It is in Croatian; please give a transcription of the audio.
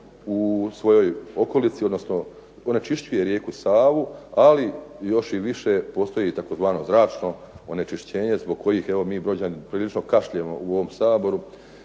u svojoj okolici, odnosno onečišćuje rijeku Savu, ali još više postoji još tzv. zračno onečišćenje zbog kojeg mi brođani prilično kašljemo u ovom Saboru